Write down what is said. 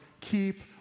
keep